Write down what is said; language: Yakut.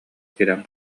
киирэн